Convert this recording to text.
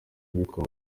ahitwa